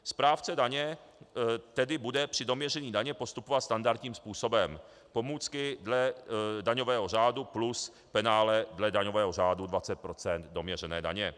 Správce daně tedy bude při doměření daně postupovat standardním způsobem, pomůcky dle daňového řádu plus penále dle daňového řádu 20 % doměřené daně.